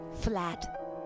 Flat